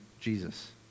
Jesus